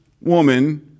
woman